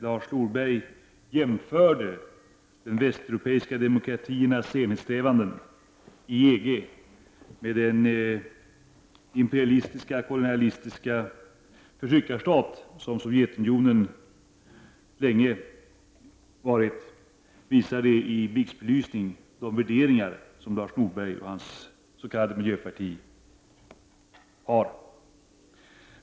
Lars Norberg jämförde de västeuropeiska demokratiernas enhetssträvanden inom EG med den imperialistiska och kolonialistiska förtryckarstat som Sovjetunionen länge varit. Det visade i blixtbelysning de värderingar som Lars Norberg och hans s.k. miljöparti har. Fru talman!